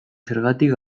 zergatik